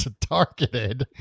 Targeted